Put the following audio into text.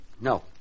No